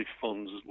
funds